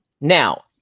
Now